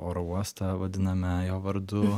oro uostą vadiname jo vardu